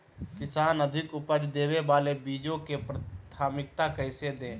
किसान अधिक उपज देवे वाले बीजों के प्राथमिकता कैसे दे?